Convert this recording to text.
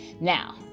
Now